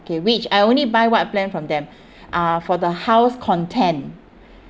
okay which I only buy what plan from them uh for the house content